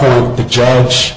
for the judge